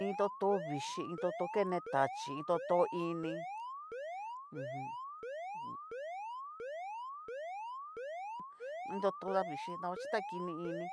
Iin toto vixhíi, iin toto kené tachíi, iin toto ini, mmmm jumm iin toto da vichíi, dabaxhichí ta kini ini,